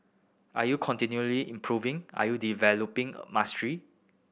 are you continually improving are you developing mastery